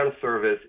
service